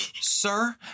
sir